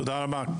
תודה רבה.